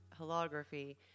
holography